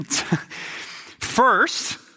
First